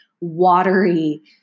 watery